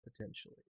potentially